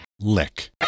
lick